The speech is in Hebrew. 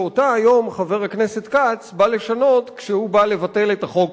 שאותה היום חבר הכנסת כץ בא לשנות כשהוא בא לבטל את החוק